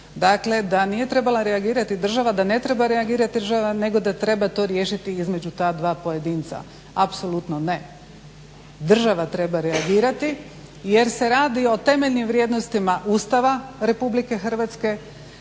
Dakle da nije trebala reagirati država da ne treba reagirati država nego da treba to riješiti između ta dva pojedinca. Apsolutno ne. Država treba reagirati jer se radi o temeljnim vrijednostima ustava RH. Ako